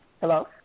Hello